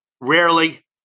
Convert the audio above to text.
rarely